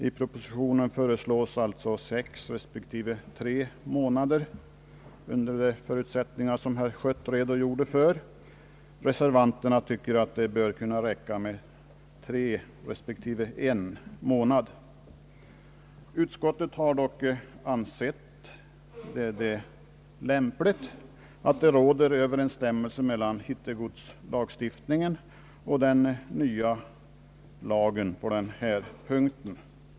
I propositionen föreslås sex respektive tre månader under de förutsättningar som herr Schött redogjorde för, medan reservanterna tycker att det bör kunna räcka med tre månader respektive en månad. Utskottet har dock ansett det vara lämpligt att det råder överensstämmelse på denna punkt mellan hittegodslagstiftningen och den nu föreslagna nya lagen.